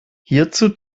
hierzu